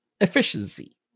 efficiency